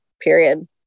period